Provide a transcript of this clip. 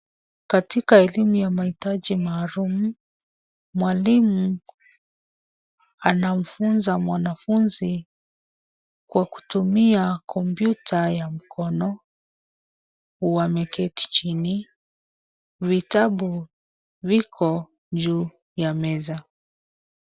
Katika elimu ya mahitaji maalum, Mwalimu anamfunza mwanafunzi, kwa kutumia komputa ya mkono. Wameketi chini, vitabu viko juu ya meza.